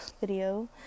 Video